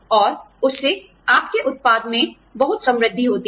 और उससे आपके उत्पाद में बहुत समृद्धि होती है